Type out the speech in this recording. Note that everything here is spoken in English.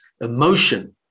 emotion